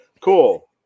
Cool